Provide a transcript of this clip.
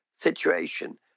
situation